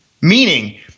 meaning